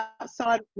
outside